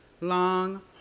long